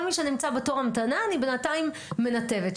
כל מי שנמצא בתור ההמתנה בינתיים היא מנתבת.